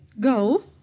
Go